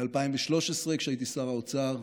ב-2013, כשהייתי שר האוצר,